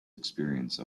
experience